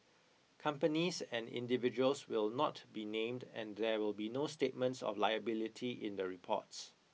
companies and individuals will not be named and there will be no statements of liability in the reports